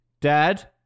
Dad